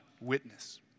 witness